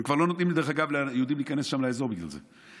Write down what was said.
הם כבר לא נותנים ליהודים להיכנס לאזור בגלל זה.